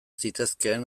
zitezkeen